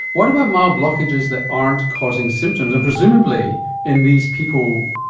what about mild blockages that aren't causing symptoms? and presumably in these people,